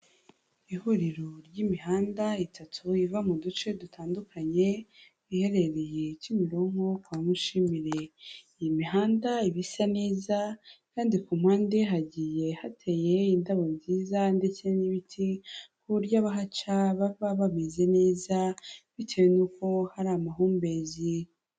Ihuriro ry'imihanda itatu riva mu duce dutandukanye, iherereye Kimironko, kwa Mushimire. Iyi mihanda iba isa neza kandi ku mpande hagiye hateye indabo nziza ndetse n'ibiti, ku buryo abahaca baba bameze neza bitewe n'uko hari amahumbezi.